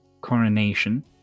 coronation